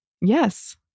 Yes